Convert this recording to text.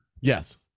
Yes